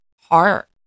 heart